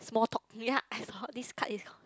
small talk ya I thought this card is